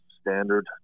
Standard